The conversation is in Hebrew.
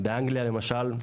באנגליה, למשל,